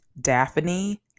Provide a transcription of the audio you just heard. daphne